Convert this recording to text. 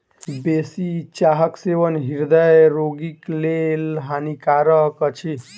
बेसी चाहक सेवन हृदय रोगीक लेल हानिकारक अछि